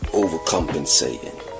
overcompensating